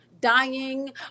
dying